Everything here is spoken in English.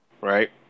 right